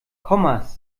kommas